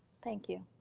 thank you.